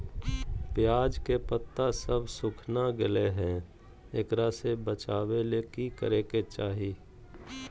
प्याज के पत्ता सब सुखना गेलै हैं, एकरा से बचाबे ले की करेके चाही?